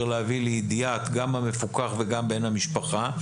להביא לידיעת גם המפוקח וגם בן המשפחה,